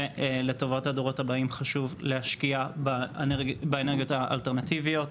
ולטובת הדורות הבאים חשוב להשקיע באנרגיות האלטרנטיביות.